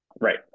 Right